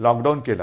lockdown केला